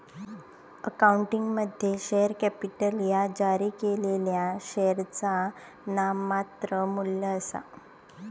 अकाउंटिंगमध्ये, share capital ह्या जारी केलेल्या शेअरचा नाममात्र मू्ल्य आसा